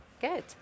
Good